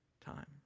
time